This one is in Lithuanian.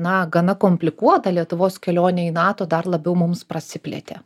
na gana komplikuotą lietuvos kelionę į nato dar labiau mums prasiplėtė